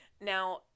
Now